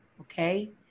okay